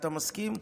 אתה מסכים?